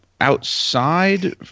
outside